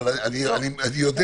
אבל אני יודע.